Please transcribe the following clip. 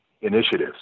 initiatives